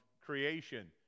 creation